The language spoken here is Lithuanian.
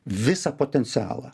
visą potencialą